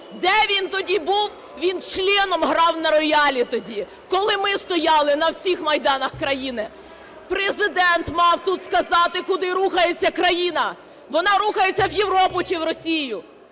Де він тоді був? Він членом грав на роялі тоді, коли ми стояли на всіх майданах країни. Президент мав тут сказати, куди рухається країна: вона рухається в Європу чи в Росію,